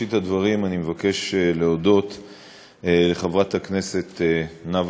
בראשית הדברים אני מבקש להודות לחברת הכנסת נאוה